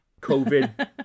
COVID